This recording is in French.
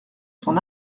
son